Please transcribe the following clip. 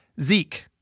Zeke